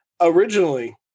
Originally